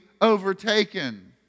overtaken